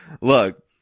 look